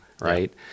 right